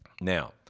Now